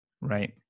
Right